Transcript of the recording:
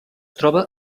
troba